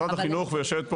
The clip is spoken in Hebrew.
משרד החינוך,